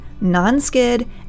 non-skid